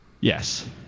yes